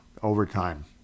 overtime